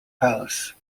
palace